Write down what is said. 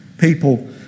people